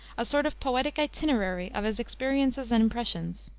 a sort of poetic itinerary of his experiences and impressions.